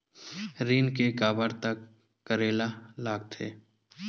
ऋण के काबर तक करेला लगथे?